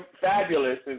fabulous